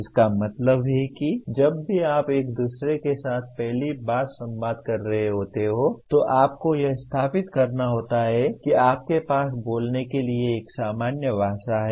इसका मतलब है कि जब भी आप एक दूसरे के साथ पहली बार संवाद कर रहे होते हैं तो आपको यह स्थापित करना होता है कि आपके पास बोलने के लिए एक सामान्य भाषा है